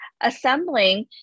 assembling